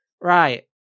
right